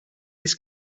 this